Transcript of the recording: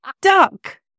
duck